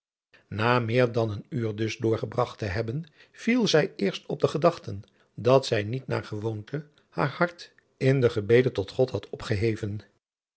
na meer dan een uur dus doorgebragt te hebben viel zij eerst op de gedachten dat zij niet naar gewoonte haar hart in den gebede tot god had opgeheven